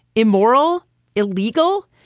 immoral illegal.